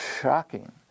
shocking